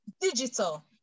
Digital